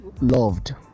loved